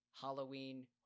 halloween